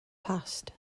past